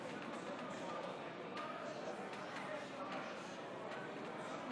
היה קיזוז שביקשתם